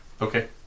Okay